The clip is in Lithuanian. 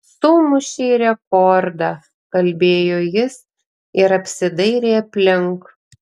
sumušei rekordą kalbėjo jis ir apsidairė aplink